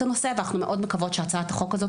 הנושא ואנחנו מאוד מקוות שהצעת החוק הזו